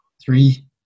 Three